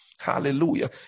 hallelujah